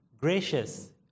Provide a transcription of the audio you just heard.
gracious